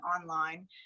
online